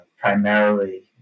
primarily